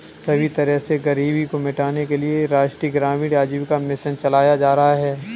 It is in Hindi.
सभी तरह से गरीबी को मिटाने के लिये राष्ट्रीय ग्रामीण आजीविका मिशन चलाया जा रहा है